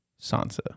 Sansa